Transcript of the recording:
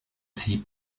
sie